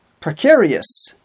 precarious